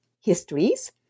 histories